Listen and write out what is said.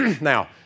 Now